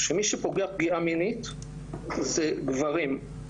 שמי שפוגע פגיעה מינית זה גברים,